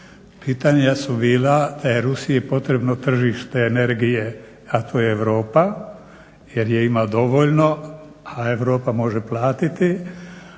pitanja su bila da je Rusiji potrebno tržište energije, a to je Europa jer je ima dovoljno, a Europa može platiti,